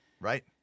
right